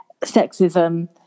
sexism